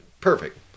Perfect